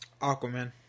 Aquaman